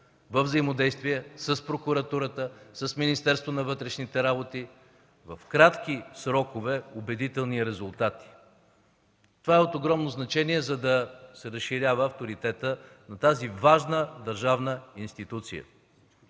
във взаимодействие с прокуратурата, с Министерството на вътрешните работи в кратки срокове убедителни резултати. Това е от огромно значение, за да се разширява авторитетът на тази важна държавна институция.